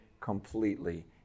completely